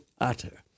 utter